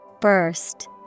Burst